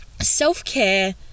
self-care